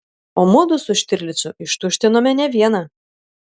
o mudu su štirlicu ištuštinome ne vieną